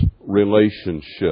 relationship